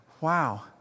Wow